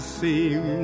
seem